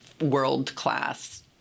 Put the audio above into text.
world-class